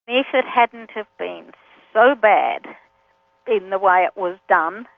if it hadn't have been so bad in the way it was done,